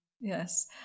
yes